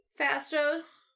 Fastos